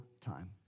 time